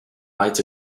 lights